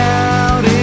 out